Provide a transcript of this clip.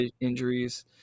injuries